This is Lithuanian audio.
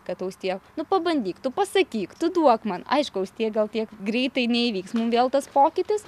kad austėja nu pabandyk tu pasakyk tu duok man aišku austėja gal tiek greitai neįvyks mum vėl tas pokytis